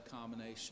combination